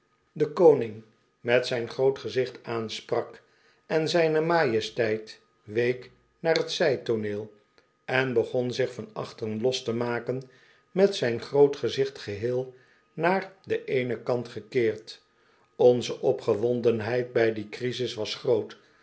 wijze die met zijn groot gezicht aansprak en zijne majesteit week naar t zijtooneel en begon zich van achteren los te maken met zijn groot gezicht geheel naar den eenen kant gekeerd onze opgewondenheid bij die crisis was groot